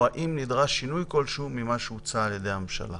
או האם נדרש שינוי כלשהו ממה שהוצע על ידי הממשלה.